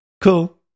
Cool